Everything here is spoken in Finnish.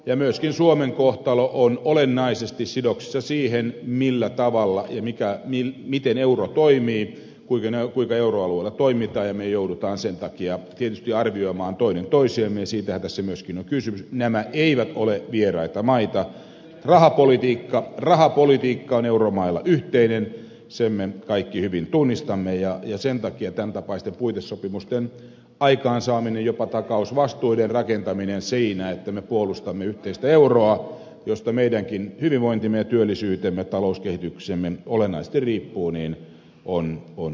ja myöskin suomen kohtalo on olennaisesti sidoksissa siihen millä tavalla mikään niin miten euro toimii kuivina kuin euroaluetoimittajan joudutaan sen takia tietysti arvioimaan toinen toisiamme sitä väsymyskin on kysymys nämä eivät ole vieraita maita rahapolitiikka rahapolitiikka on euromailla yhteinen senhän kaikki hyvin tunnistamme ja sen takia tämäntapaisten puitesopimusten aikaansaaminen jopa takausvastuiden rakentaminen siinä että me puolustamme yhteistä euroa josta meidänkin hyvinvointimme työllisyytemme talouskehityksemme olennaisesti lipponen on on